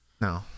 No